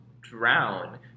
drown